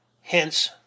Hence